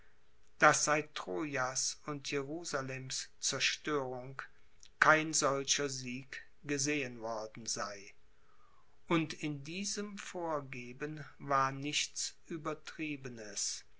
daß seit trojas und jerusalems zerstörung kein solcher sieg gesehen worden sei und in diesem vorgeben war nichts